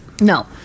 No